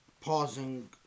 pausing